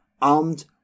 armed